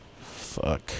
fuck